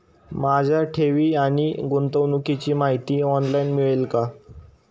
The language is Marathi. माझ्या ठेवी आणि गुंतवणुकीची माहिती ऑनलाइन मिळेल का?